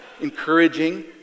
encouraging